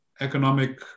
economic